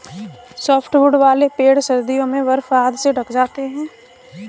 softwood वाले पेड़ सर्दियों में बर्फ आदि से ढँक जाते हैं